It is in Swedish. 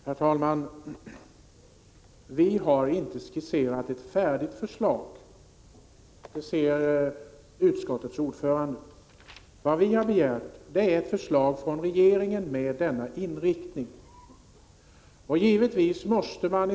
Herr talman! Vi har inte skisserat ett färdigt förslag — och det vet utskottets ordförande. Vad vi har begärt är ett förslag från regeringen med den angivna inriktningen.